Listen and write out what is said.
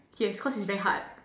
yes cause is very hard